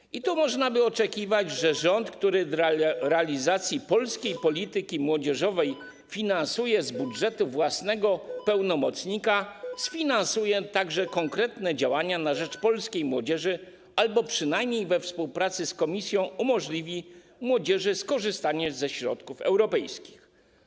I tu można by oczekiwać, że rząd, który dla realizacji polskiej polityki młodzieżowej finansuje z budżetu własnego pełnomocnika, sfinansuje także konkretne działania na rzecz polskiej młodzieży albo przynajmniej, we współpracy z Komisją, umożliwi młodzieży skorzystanie ze środków europejskich.